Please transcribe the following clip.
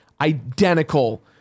identical